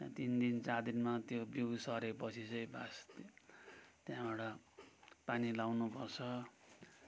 तिन दिन चार दिनमा त्यो बिउ सरेपछि चाहिँ बस त्यहाँबाट पानी लाउनु पर्छ